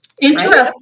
Interesting